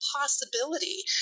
possibility